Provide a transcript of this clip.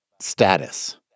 status